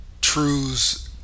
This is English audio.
truths